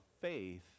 faith